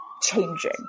changing